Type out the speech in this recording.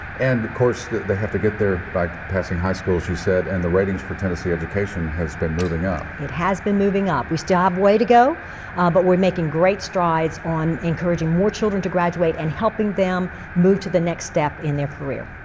and, of course, they have to get there by passing high school, as you said. and the ratings for tennessee education has been moving up. it has been moving up. we still have a way to go but we're making great strides on encouraging more children to graduate and helping them move to the next step in their career.